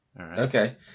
Okay